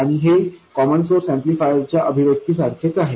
आणि हे common source amplifier च्या अभिव्यक्ती सारखेच आहे